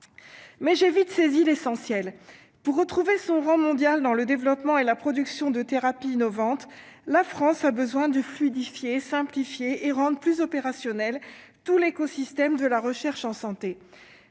mais j'ai vite saisi l'essentiel pour retrouver son rang mondial dans le développement et la production de thérapies innovantes, la France a besoin de fluidifier et simplifier et rendent plus opérationnels tout l'écosystème de la recherche en santé